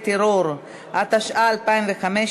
נמנעים.